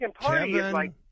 Kevin